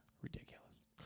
Ridiculous